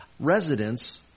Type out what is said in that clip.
residents